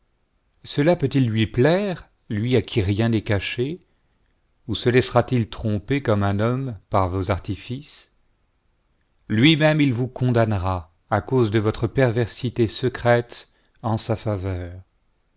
cela peut-il lui plaire lui à qui rien n'est caché ou se laissera-t-il tromper comme un homme par vos artifices lui-même it vous condamnera cause de votre perversité secrète en sa faveur